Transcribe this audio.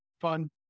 fun